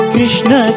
Krishna